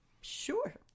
sure